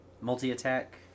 Multi-attack